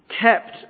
kept